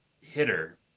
hitter